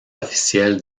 officielle